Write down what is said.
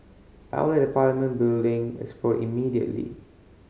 I will let the Parliament building explode immediately